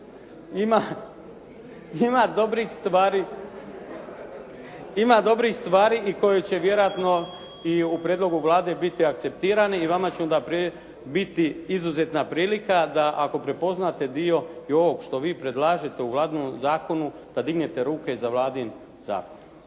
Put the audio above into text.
ima dobrih stvari koje će vjerojatno i u prijedlogu Vlade biti akceptirani i vama će onda na primjer biti izuzetna prilika da ako prepoznate dio i ovog što vi predlažete u vladinom zakonu da dignete ruke za vladin zakon.